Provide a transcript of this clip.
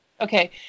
Okay